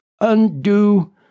undo